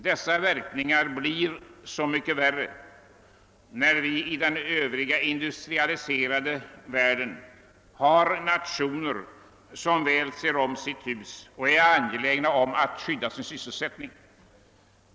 Dessa verk ningar blir så mycket värre när det i den övriga industrialiserade världen finns nationer som väl ser om sitt hus och är angelägna att skydda sin sysselsättning.